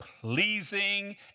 pleasing